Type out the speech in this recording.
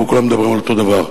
אבל כולם מדברים על אותו דבר,